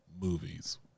movies